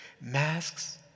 masks